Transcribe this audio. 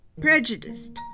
prejudiced